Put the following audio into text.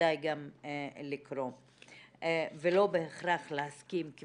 כדאי גם לקרוא ולא בהכרח להסכים עם